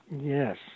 yes